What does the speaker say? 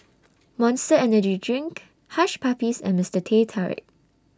Monster Energy Drink Hush Puppies and Mister Teh Tarik